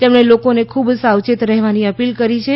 તેમણે લોકોને ખૂબ જ સાવચેત રહેવાની અપીલ કરી છે